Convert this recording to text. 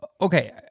Okay